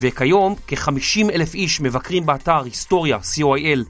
וכיום כ-50 אלף איש מבקרים באתר היסטוריה co.il